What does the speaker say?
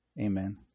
Amen